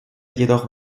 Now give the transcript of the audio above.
jedoch